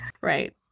Right